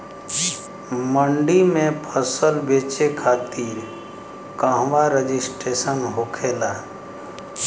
मंडी में फसल बेचे खातिर कहवा रजिस्ट्रेशन होखेला?